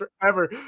forever